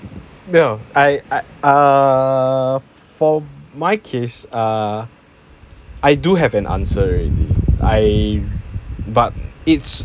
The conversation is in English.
well I I err for my case err I do have an answer already I but it's